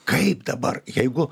kaip dabar jeigu